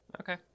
Okay